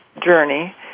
journey